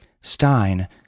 Stein